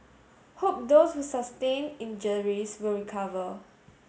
hope those who sustained injuries will recover